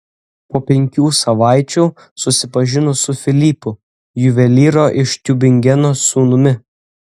po penkių savaičių susipažino su filipu juvelyro iš tiubingeno sūnumi